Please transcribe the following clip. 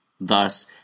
thus